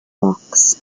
box